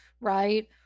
right